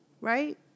right